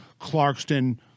Clarkston